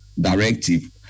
directive